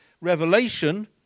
Revelation